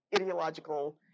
ideological